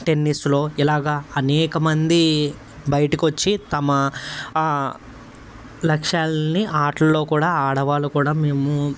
టెన్నిస్లో ఇలాగా అనేక మంది బయటకొచ్చి తమ లక్ష్యాలని ఆటల్లో కూడా ఆడవాళ్ళు కూడా మేము